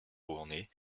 rouennais